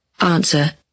Answer